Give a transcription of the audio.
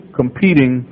competing